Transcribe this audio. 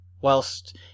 whilst